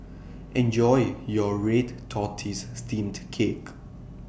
Enjoy your Red Tortoise Steamed Cake